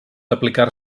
aplicar